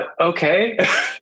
Okay